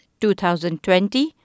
2020